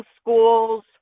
schools